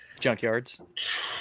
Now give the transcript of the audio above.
Junkyards